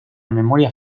memoria